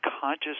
conscious